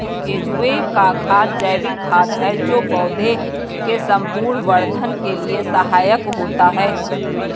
केंचुए का खाद जैविक खाद है जो पौधे के संपूर्ण वर्धन के लिए सहायक होता है